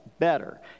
Better